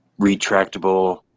retractable